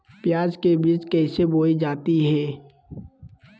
प्याज के बीज कैसे बोई जाती हैं?